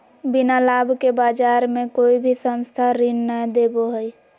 बिना लाभ के बाज़ार मे कोई भी संस्था ऋण नय देबो हय